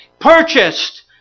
Purchased